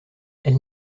elle